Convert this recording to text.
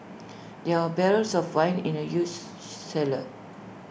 there are barrels of wine in the use cellar